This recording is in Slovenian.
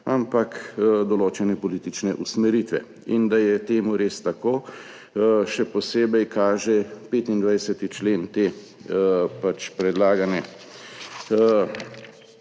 ampak določene politične usmeritve. Da je res tako, še posebej kaže 25. člen te predlagane